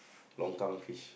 Longkang fish